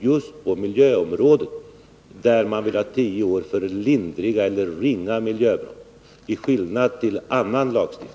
Just på miljöområdet vill man alltså ha tio års preskriptionstid för lindriga eller ringa brott.